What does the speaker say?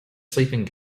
sleeping